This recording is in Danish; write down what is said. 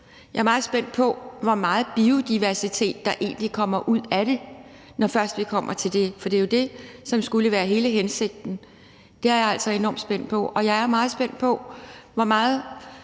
jeg er meget spændt på, hvor meget biodiversitet der egentlig kommer ud af det, når først vi kommer til det, for det er jo det, som skulle være hele hensigten, og det er jeg altså enormt spændt på. Og jeg er meget spændt på, hvor meget